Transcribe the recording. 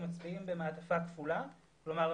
הם מצביעים במעטפה כפולה כלומר,